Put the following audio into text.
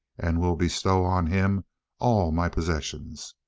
and will bestow on him all my possessions.